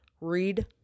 read